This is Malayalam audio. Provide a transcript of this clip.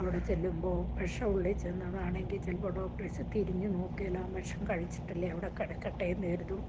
അവിടെ ചെല്ലുമ്പോൾ വിഷം ഉള്ളിൽ ചെന്നതാണെങ്കിൽ ചിലപ്പോൾ ഡോക്ടേഴ്സ് തിരിഞ്ഞു നോക്കില്ല അവൻ വിഷം കഴിച്ചിട്ടല്ലേ അവിടെ കിടക്കട്ടെ എന്ന് കരുതും